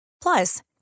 Plus